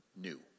new